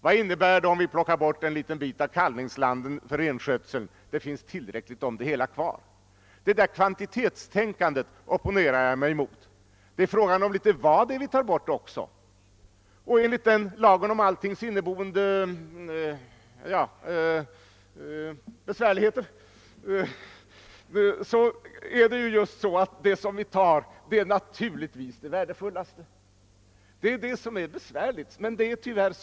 På denna punkt är vi i ett underläge, och den som kan finna en möjlighet att i ekonomiska termer, i kronor och ören, presentera den orörda naturens värde vore förvisso förtjänt av det i dagarna så aktuella Nobelpriset, ett slags naturvårdens Nobelpris. Vi har alltså svårigheter härmed. Även om vi inte kan presentera några siffror, får vi emellertid inte bortse från de värden det gäller.